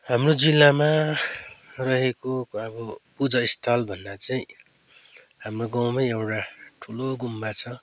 हाम्रो जिल्लामा रहेको अब पूजा स्थलभन्दा चाहिँ हाम्रो गाउँमै एउटा ठुलो गुम्बा छ